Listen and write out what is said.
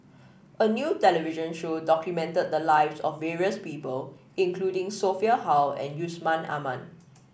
a new television show documented the lives of various people including Sophia Hull and Yusman Aman